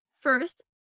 First